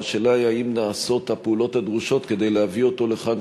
והשאלה היא האם נעשות הפעולות הדרושות כדי להביא אותו לכאן